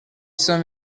cent